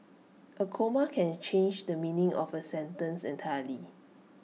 A comma can change the meaning of A sentence entirely